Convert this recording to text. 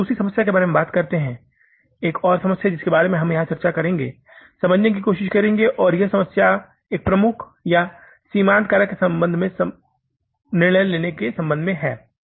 अब हम दूसरी समस्या के बारे में बात करते हैं एक और समस्या जिसके बारे में हम यहां चर्चा करेंगे समझने की कोशिश करेंगे और यह समस्या एक प्रमुख या सीमित कारक के संबंध में निर्णय लेने के संबंध में है